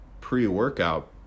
pre-workout